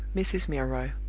mrs. milroy.